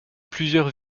plusieurs